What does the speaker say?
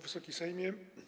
Wysoki Sejmie!